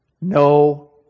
no